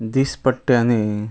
दिसपट्ट्यांनी